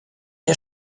der